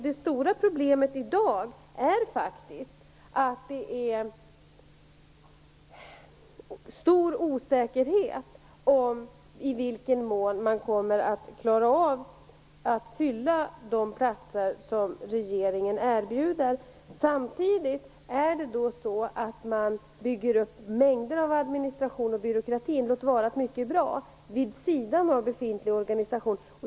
Det stora problemet i dag är faktiskt att det råder stor osäkerhet om i vilken mån man kommer att klara av att fylla de platser som regeringen erbjuder. Samtidigt bygger man upp mängder av administration och byråkrati - låt vara att mycket är bra - vid sidan av befintlig organisation.